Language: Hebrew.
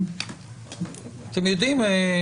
אתם יודעים,